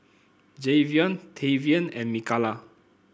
Javion Tavian and Mikalah